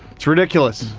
it's ridiculous.